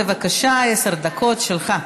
בבקשה, עשר דקות שלך.